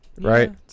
Right